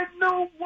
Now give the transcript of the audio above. no